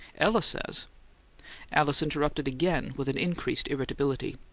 ella says alice interrupted again, with an increased irritability.